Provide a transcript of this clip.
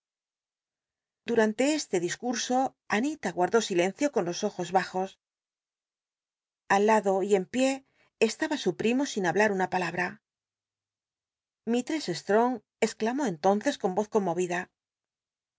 dumnte este discurso atúta guardó silencio con los ojos bajos aliado y en pió estaba su primo sin habla r una palabm mistress strong exclamó entonces con voz conmovida